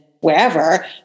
wherever